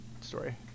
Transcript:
story